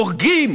הורגים